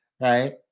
right